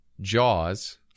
Jaws